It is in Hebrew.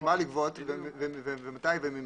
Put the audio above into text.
מה לגבות ומתי וממי,